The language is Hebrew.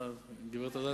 גברת אדטו?